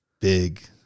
big